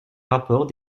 rapport